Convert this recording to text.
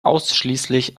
ausschließlich